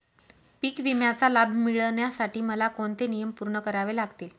पीक विम्याचा लाभ मिळण्यासाठी मला कोणते नियम पूर्ण करावे लागतील?